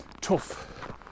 tough